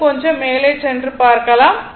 இன்னும் கொஞ்சம் மேலே சென்று பார்க்கலாம்